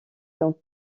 dans